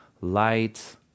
light